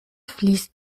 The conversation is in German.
fließt